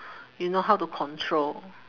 you know how to control